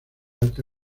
alta